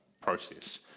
process